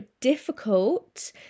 difficult